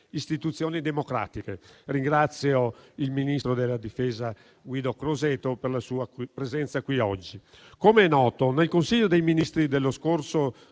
istituzioni democratiche. Ringrazio il ministro della difesa Guido Crosetto per la sua presenza oggi in Aula. Come è noto, nel Consiglio dei ministri dello scorso